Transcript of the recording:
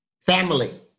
Family